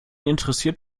interessiert